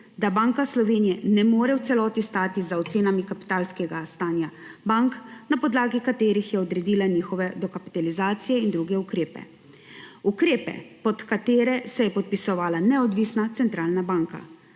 da Banka Slovenije ne more v celoti stati za ocenami kapitalskega stanja bank, na podlagi katerih je odredila njihove dokapitalizacije in druge ukrepe; ukrepe, pod katere se je podpisovala neodvisna centralna banka.